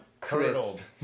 Curdled